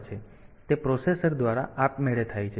તેથી તે પ્રોસેસર દ્વારા આપમેળે થાય છે